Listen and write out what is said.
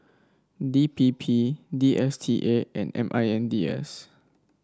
D P P D S T A and M I N D S